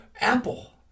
Apple